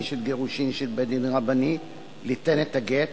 של גירושין של בית-דין רבני ליתן את הגט